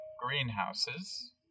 greenhouses